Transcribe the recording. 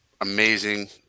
amazing